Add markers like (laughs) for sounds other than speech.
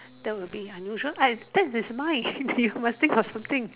that would be unusual hey that is mine (laughs) you must think of something